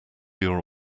your